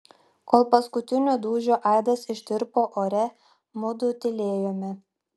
kol paskutinio dūžio aidas ištirpo ore mudu tylėjome